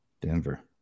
Denver